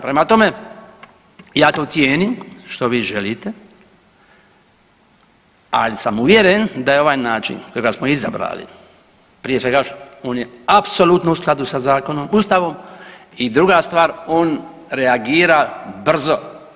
Prema tome, ja to cijenim što vi želite, ali sam uvjeren da je ovaj način kojega smo izabrali, prije svega on je apsolutno u skladu sa zakonom, Ustavom i druga stvar, on reagira brzo.